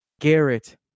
Garrett